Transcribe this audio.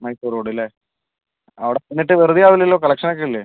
Mysore road അല്ലേ അവിടെ ചെന്നിട്ട് വെറുതേ ആവില്ലല്ലോ കളക്ഷനൊക്കെ ഇല്ലേ